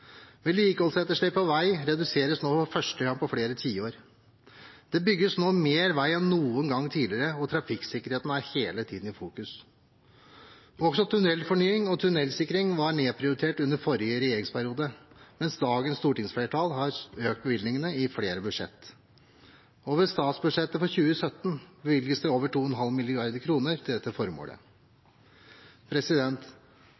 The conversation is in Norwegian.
Vedlikeholdsetterslepet på vei reduseres nå for første gang på flere tiår. Det bygges nå mer vei enn noen gang tidligere, og trafikksikkerheten er hele tiden i fokus. Også tunnelfornying og tunnelsikring var nedprioritert under forrige regjeringsperiode, mens dagens stortingsflertall har økt bevilgningene i flere budsjetter. Over statsbudsjettet for 2017 bevilges det over 2,5 mrd. kr til dette